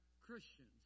Christians